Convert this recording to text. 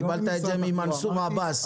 קיבלת את זה ממנסור עבאס.